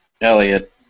Elliot